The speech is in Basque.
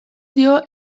dio